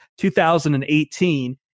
2018